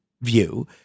view